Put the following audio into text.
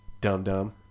Dumb-dumb